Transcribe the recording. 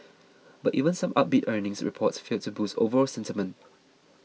but even some upbeat earnings reports failed to boost overall sentiment